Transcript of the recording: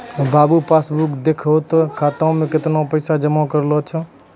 बाबू passbook देखहो तें खाता मे कैतना पैसा जमा करलो छै